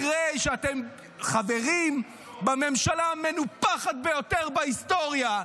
אחרי שאתם חברים בממשלה המנופחת ביותר בהיסטוריה.